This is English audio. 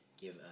give